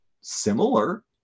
similar